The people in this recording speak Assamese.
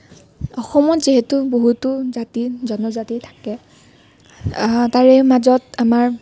অসমত যিহেতু বহুতো জাতি জনজাতি থাকে তাৰে মাজত আমাৰ